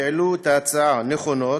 שהעלו את ההצעה, נכונות,